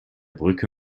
brücke